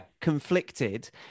conflicted